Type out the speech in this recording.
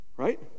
Right